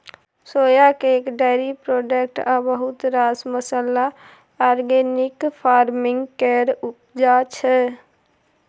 सोया cake, dairy product आ बहुत रास मसल्ला आर्गेनिक फार्मिंग केर उपजा छै